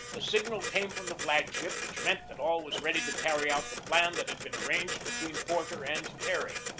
the signal came from the flag-ship, which meant that all was ready to carry out the plan that had been arranged between porter and terry.